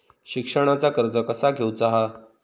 शिक्षणाचा कर्ज कसा घेऊचा हा?